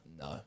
No